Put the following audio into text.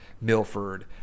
Milford